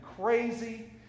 crazy